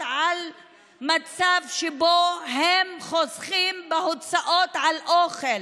על מצב שבו הן חוסכות בהוצאות על אוכל